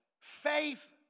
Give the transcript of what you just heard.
Faith